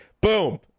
boom